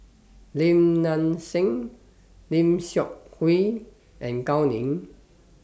Lim Nang Seng Lim Seok Hui and Gao Ning